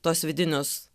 tuos vidinius